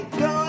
go